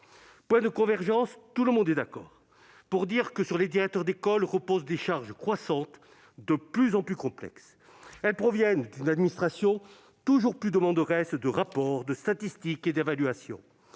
encore à débattre. Tout le monde est d'accord pour dire que sur les directeurs d'école reposent des charges croissantes, de plus en plus complexes. Ces charges proviennent d'une administration toujours plus demanderesse de rapports, de statistiques et d'évaluations.